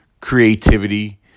creativity